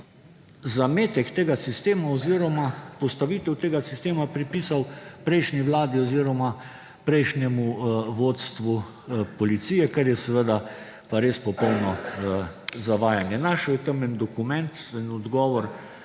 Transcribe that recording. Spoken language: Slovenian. zametek tega sistema oziroma postavitev tega sistema pripisal prejšnji vladi oziroma prejšnjemu vodstvu policije, kar je seveda pa res popolno zavajanje. Našel je tam en dokument, en odgovor